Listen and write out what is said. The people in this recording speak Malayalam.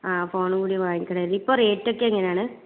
ആ ഫോണും കൂടി വാങ്ങിക്കണം ഇപ്പോൾ റേറ്റൊക്കെ എങ്ങനേണ്